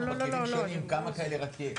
--- כמה כאלה יש?